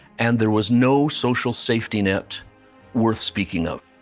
and there was no social safety net worth speaking of.